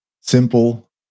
simple